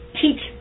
teach